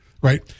right